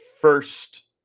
first